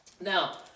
Now